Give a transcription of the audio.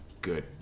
good